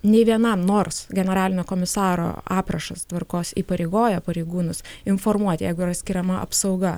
nei vienam nors generalinio komisaro aprašas tvarkos įpareigoja pareigūnus informuoti jeigu yra skiriama apsauga